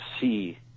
see